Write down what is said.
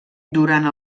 durant